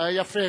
יפה.